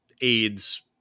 AIDS